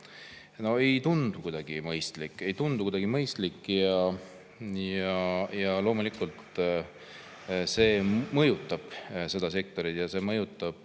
No ei tundu kuidagi mõistlik! Ei tundu kuidagi mõistlik! Ja loomulikult, see mõjutab seda sektorit ja see mõjutab